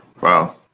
Wow